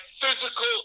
physical